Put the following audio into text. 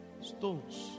stones